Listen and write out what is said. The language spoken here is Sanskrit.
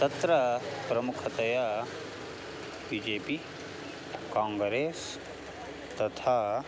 तत्र प्रमुखतया बि जे पि काङ्ग्रेस् तथा